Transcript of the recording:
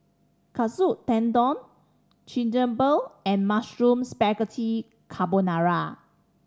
Katsu Tendon Chigenabe and Mushroom Spaghetti Carbonara